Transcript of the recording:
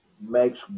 makes